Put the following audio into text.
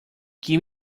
give